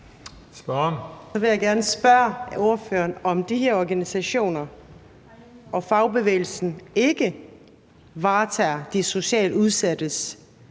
Så vil jeg gerne spørge ordføreren, om de her organisationer og fagbevægelsen ikke varetager de socialt udsattes